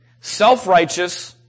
Self-righteous